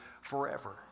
forever